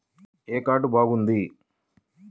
ఏ card బాగుంది?